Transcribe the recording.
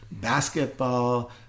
basketball